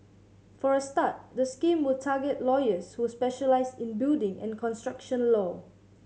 for a start the scheme will target lawyers who specialise in building and construction law